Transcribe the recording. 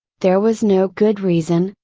there was no good reason,